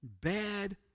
bad